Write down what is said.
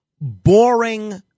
boring